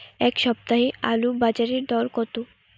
এ সপ্তাহে আলুর বাজারে দর কত?